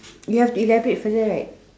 you have to elaborate further right